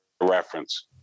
reference